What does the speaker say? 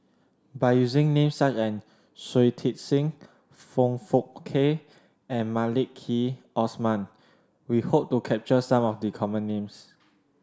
by using names such as Shui Tit Sing Foong Fook Kay and Maliki Osman we hope to capture some of the common names